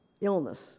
Illness